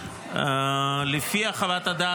אתמול בלילה,